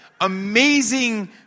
amazing